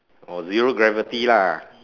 or zero gravity lah